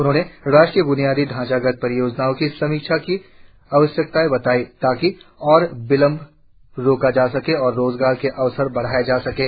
उन्होंने राष्ट्रीय ब्नियादी ढांचागत परियोजनाओं की समीक्षा की आवश्यकता बताई ताकि और विलम्ब रोका जा सके और रोजगार के अवसर बढाए जा सकें